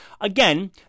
again